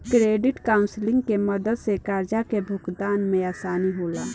credit counselling के मदद से कर्जा के भुगतान में आसानी होला